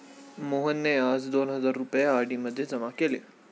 मोहनने आज दोन हजार रुपये आर.डी मध्ये जमा केले